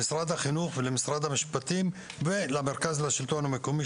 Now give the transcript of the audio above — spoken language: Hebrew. למשרד החינוך ולמשרד המשפטים ולמרכז השלטון המקומי,